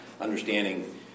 understanding